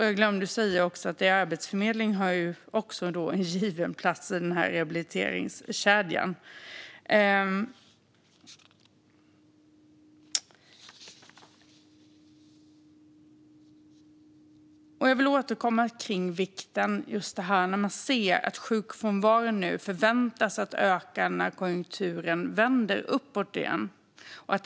Jag glömde att säga att också Arbetsförmedlingen har en given plats i rehabiliteringskedjan. Jag vill återkomma till vikten av detta när man nu ser att sjukfrånvaron förväntas öka när konjunkturen vänder uppåt igen.